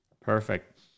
Perfect